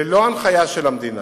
ללא הנחיה של המדינה,